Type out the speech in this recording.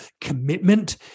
commitment